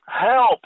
help